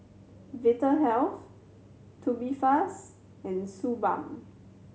Vitahealth Tubifast and Suu Balm